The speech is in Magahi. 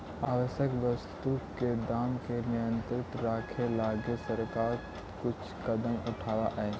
आवश्यक वस्तु के दाम के नियंत्रित रखे लगी सरकार कुछ कदम उठावऽ हइ